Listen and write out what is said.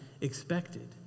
expected